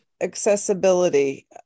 accessibility